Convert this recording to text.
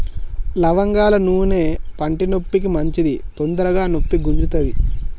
లవంగాల నూనె పంటి నొప్పికి మంచిది తొందరగ నొప్పి గుంజుతది